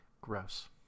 gross